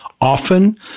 often